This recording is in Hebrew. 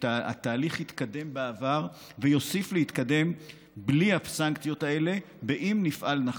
שהתהליך התקדם בעבר ויוסיף להתקדם בלי הסנקציות האלה אם נפעל נכון.